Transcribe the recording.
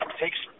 takes